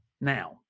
Now